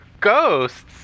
Ghosts